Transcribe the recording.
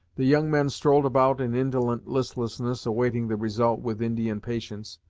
the young men strolled about in indolent listlessness, awaiting the result with indian patience,